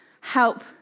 help